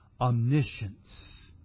omniscience